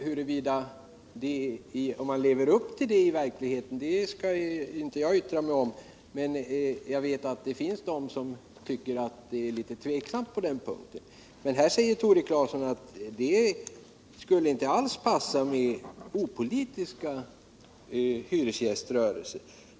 Huruvida den lever upp till det i verkligheten skall inte jag uttala mig om, men jag vet att det finns de som anser att det är tveksamt. Tore Claeson säger att det inte alls skulle passa med en opolitisk hyresgäströrelse.